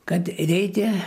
kad reikia